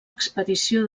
expedició